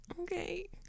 Okay